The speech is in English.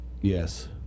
Yes